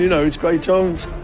you know, it's great tones.